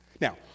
Now